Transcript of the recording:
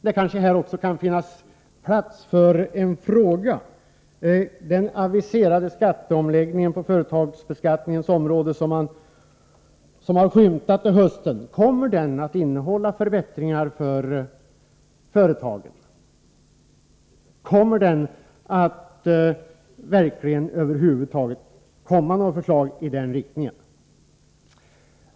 Det kanske här också kan finnas plats för en fråga. Kommer den skatteomläggning på företagsbeskattningens område som har aviserats till hösten att innehålla förbättringar för företagen? Kommer man över huvud taget att lägga fram några förslag i den riktningen?